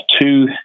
two